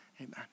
Amen